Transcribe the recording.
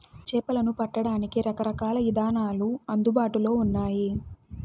చేపలను పట్టడానికి రకరకాల ఇదానాలు అందుబాటులో ఉన్నయి